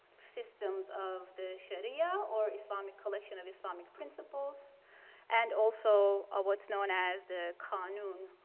systems of the sharia or islamic collection of islamic principles and also what's known as the kanun,